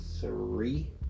three